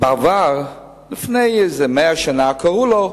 בעבר, לפני איזה מאה שנה, קראו לו: